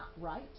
right